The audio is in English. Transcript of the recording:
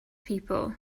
people